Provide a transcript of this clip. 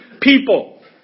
people